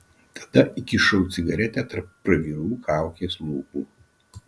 tada įkišau cigaretę tarp pravirų kaukės lūpų